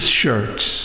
shirts